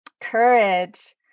Courage